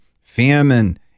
famine